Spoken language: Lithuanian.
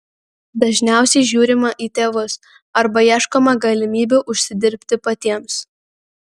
dažniausiai žiūrima į tėvus arba ieškoma galimybių užsidirbti patiems